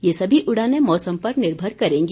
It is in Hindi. ये सभी उड़ानें मौसम पर निर्भर करेंगी